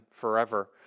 forever